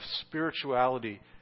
spirituality